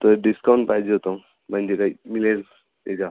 तर डिस्काऊंट पाहिजे होता म्हणजे काही मिळेल त्याचा